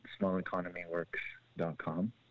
smalleconomyworks.com